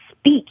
speak